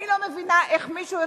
אני לא מבינה איך מישהו אחד,